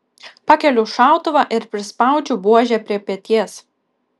pakeliu šautuvą ir prispaudžiu buožę prie peties